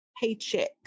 paycheck